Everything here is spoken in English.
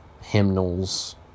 hymnals